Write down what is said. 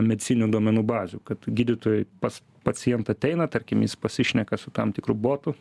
medicininių duomenų bazių kad gydytojai pas pacientą ateina tarkim jis pasišneka su tam tikru botu